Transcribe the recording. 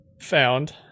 Found